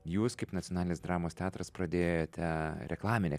jūs kaip nacionalinis dramos teatras pradėjote reklaminę